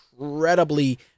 incredibly